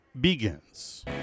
begins